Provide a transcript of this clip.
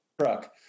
truck